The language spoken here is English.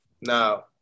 Now